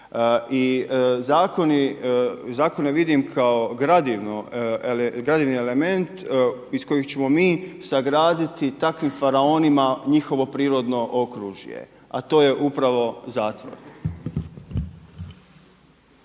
zakone vidim kao gradivni element iz kojeg ćemo mi izgraditi takvim faraonima njihovo prirodno okružje a to je upravo zatvor.